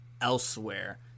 elsewhere